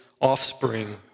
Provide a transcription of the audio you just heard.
offspring